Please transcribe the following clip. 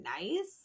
nice